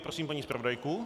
Prosím paní zpravodajku.